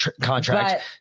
contract